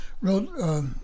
wrote